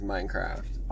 Minecraft